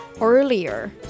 earlier